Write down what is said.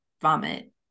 vomit